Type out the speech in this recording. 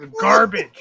Garbage